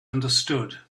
understood